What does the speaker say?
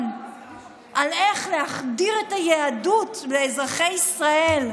על איך להחדיר את היהדות באזרחי ישראל.